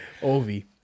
Ovi